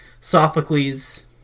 Sophocles